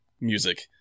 music